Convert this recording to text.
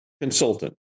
consultant